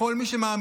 לכל מי שמאמינים